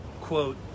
quote